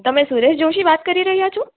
તમે સુરેશ જોશી વાત કરી રહ્યા છો